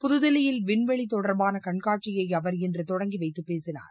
புதுதில்லியில் விண்வெளி தொடர்பான கண்காட்சியை அவர் இன்று தொடங்கி வைத்து பேசினார்